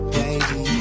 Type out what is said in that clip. baby